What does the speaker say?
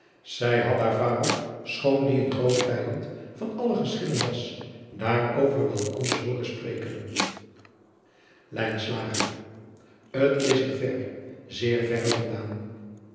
zij had haar vader schoon die een groot vijand van alle geschillen was daarover wel anders hooren spreken driaan oosjes zn et leven van aurits ijnslager t s er ver zeer verre